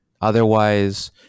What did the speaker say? Otherwise